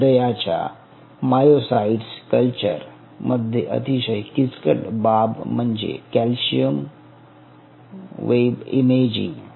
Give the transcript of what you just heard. हृदयाच्या myocytes culture मध्ये अतिशय किचकट बाब म्हणजे कॅल्शियम वेव इमेजिंग